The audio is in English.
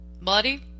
buddy